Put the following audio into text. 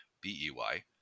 B-E-Y